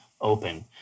open